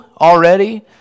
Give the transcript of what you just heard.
already